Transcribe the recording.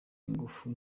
ingufu